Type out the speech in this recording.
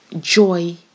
joy